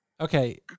Okay